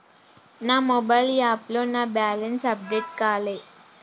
నా మొబైల్ యాప్లో నా బ్యాలెన్స్ అప్డేట్ కాలే